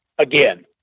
again